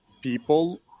people